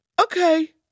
okay